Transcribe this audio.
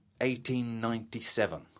1897